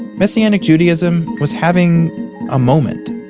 messianic judaism was having a moment